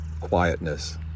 quietness